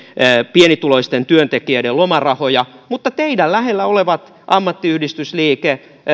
pienituloisten työntekijöiden lomarahoja mutta teidän lähellänne olevat ammattiyhdistysliike